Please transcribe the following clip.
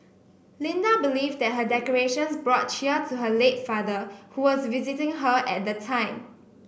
Linda believed that her decorations brought cheer to her late father who was visiting her at the time